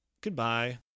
goodbye